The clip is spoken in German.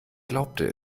glaubte